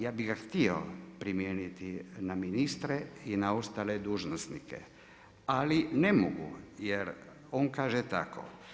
Ja bi ga htio primijeniti na ministra i na ostale dužnosnike, ali ne mogu jer on kaže tako.